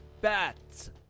BAT